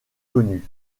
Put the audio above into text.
connue